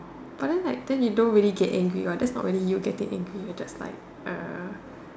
but then like then you don't really get angry what that's not really you getting angry what that's like uh